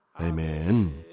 Amen